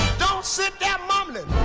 don't sit there mumbling